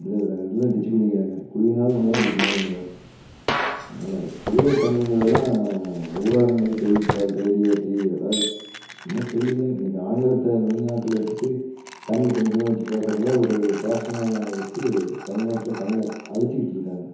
அப்படிதான் எழுதுகிறாங்க இல்லைனா டிச்சுகுழிங்கிறாங்க குழினாலும் ஒன்றுதான் டிச்சுனாலும் ஒன்றுதான் அதனால் தூய தமிழ்ங்கிறதெல்லாம் ஊடகங்கள் செய்தித்தாள் ரேடியோ டிவிலலாம் சும்மா சொல்லிக்கிறாங்க இன்னைக்கி ஆங்கிலத்தை நுனி நாக்கில் வச்சுட்டு தமிழ் கொஞ்சமாக வச்சு பேசுவதுதான் ஒரு ஃபேஷனாக வச்சு தமிழ்நாட்டில் தமிழை அழிச்சுகிட்டு இருக்காங்க